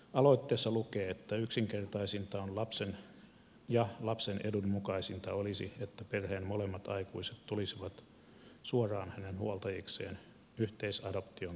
aloitteessa lukee että yksinkertaisinta ja lapsen edun mukaisinta olisi että perheen molemmat aikuiset tulisivat suoraan hänen huoltajikseen yhteisadoption kautta